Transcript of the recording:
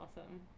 awesome